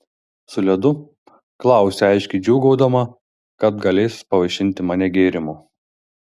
su ledu klausia aiškiai džiūgaudama kad galės pavaišinti mane gėrimu